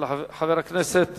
של חבר הכנסת